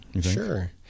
sure